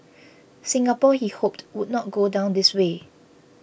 Singapore he hoped would not go down this way